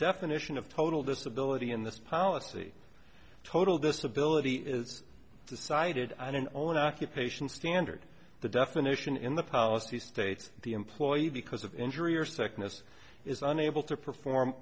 definition of total disability in this policy total disability is decided on an omen occupation standard the definition in the policy states the employee because of injury or second as is unable to perform